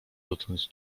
dotąd